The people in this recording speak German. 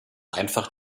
einfach